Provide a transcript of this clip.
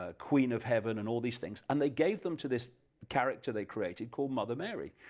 ah queen of heaven, and all these things and they gave them to this character they created called mother mary.